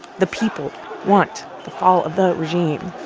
the people want the fall of the regime.